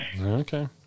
Okay